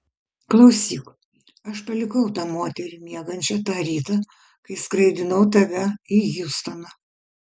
klausyk aš palikau tą moterį miegančią tą rytą kai skraidinau tave į hjustoną